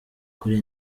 kuri